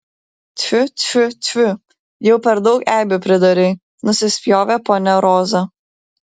tfiu tfiu tfiu jau per daug eibių pridarei nusispjovė ponia roza